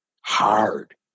hard